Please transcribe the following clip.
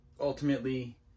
ultimately